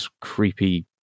creepy